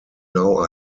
now